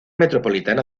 metropolitana